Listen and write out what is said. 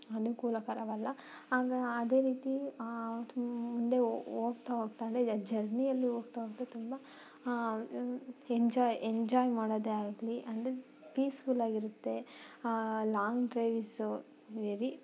ಅನುಕೂಲಕರವಲ್ಲ ಆಗ ಅದೇ ರೀತಿ ತುಂಬ ಮುಂದೆ ಹೊ ಹೋಗ್ತಾ ಹೋಗ್ತಾ ಅಂದರೆ ಈಗ ಜರ್ನಿಯಲ್ಲಿ ಹೋಗ್ತಾ ಹೋಗ್ತಾ ತುಂಬ ಎಂಜಾಯ್ ಎಂಜಾಯ್ ಮಾಡೋದೇ ಆಗಲಿ ಅಂದರೆ ಪೀಸ್ಫುಲ್ ಆಗಿರುತ್ತೆ ಲಾಂಗ್ ಡ್ರೈವ್ಸು ವೆರಿ